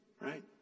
Right